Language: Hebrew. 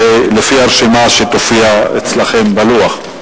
ולפי הרשימה שתופיע אצלכם בלוח.